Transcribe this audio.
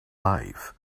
life